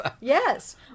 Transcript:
Yes